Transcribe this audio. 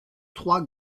trois